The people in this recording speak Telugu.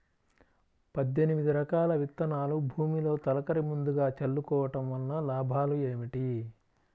పద్దెనిమిది రకాల విత్తనాలు భూమిలో తొలకరి ముందుగా చల్లుకోవటం వలన లాభాలు ఏమిటి?